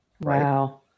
Wow